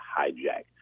hijack